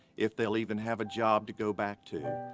if they'll even have a job to go back to.